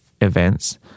events